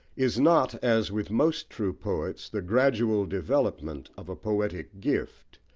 is not, as with most true poets, the gradual development of a poetic gift,